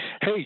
Hey